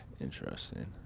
Interesting